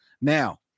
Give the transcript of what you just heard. now